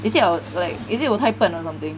is it I like is it 我太笨 or something